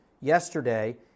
yesterday